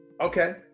Okay